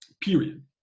period